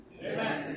Amen